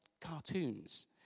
cartoons